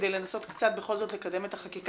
כדי לנסות בכל זאת קצת לקדם את החקיקה.